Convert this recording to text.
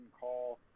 call